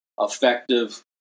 effective